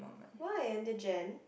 why until Jan